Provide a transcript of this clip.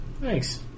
Thanks